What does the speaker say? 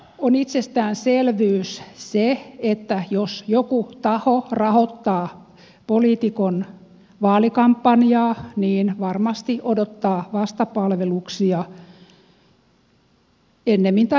on itsestäänselvyys se että jos joku taho rahoittaa poliitikon vaalikampanjaa niin se varmasti odottaa vastapalveluksia ennemmin tai myöhemmin